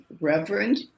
reverend